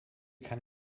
kann